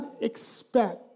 expect